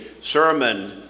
sermon